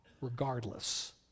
regardless